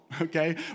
okay